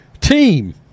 team